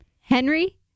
Henry